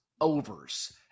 overs